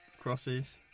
crosses